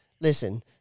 Listen